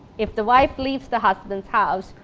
if the wife leaves the husband's house,